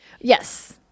yes